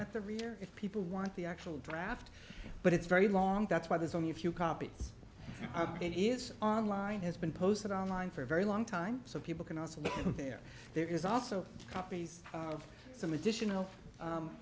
reader if people want the actual draft but it's very long that's why there's only a few copies of it is online has been posted online for a very long time so people can also get there there is also copies of some additional